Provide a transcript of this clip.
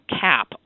cap